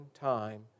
time